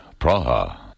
Praha